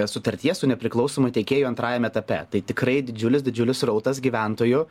sutarties su nepriklausomu tiekėju antrajame etape tai tikrai didžiulis didžiulis srautas gyventojų